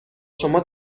شما